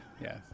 Yes